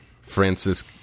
Francis